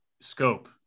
scope